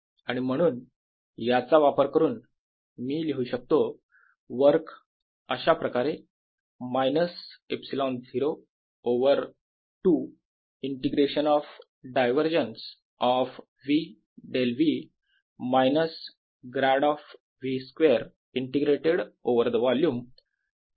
VV V2 आणि म्हणून याचा वापर करून मी लिहू शकतो वर्क अशाप्रकारे minus ε0 over 2 integration of divergence of V del V minus grad of V square integrated over the volume